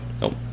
Nope